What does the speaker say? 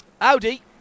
Audi